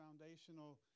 foundational